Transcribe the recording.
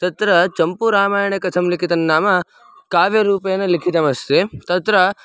तत्र चम्पूरामायणे कथं लिखितं नाम काव्यरूपेण लिखितमस्ति तत्र